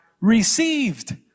received